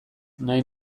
nahi